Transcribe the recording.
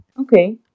Okay